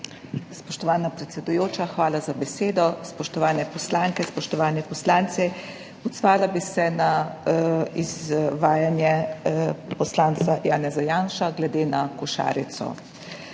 Spoštovana predsedujoča, hvala za besedo. Spoštovane poslanke, spoštovani poslanci! Odzvala bi se na izvajanje poslanca Janeza Janše glede na košarico.